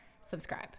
Subscribe